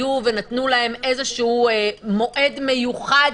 שנתנו להם מועד מיוחד.